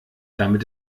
damit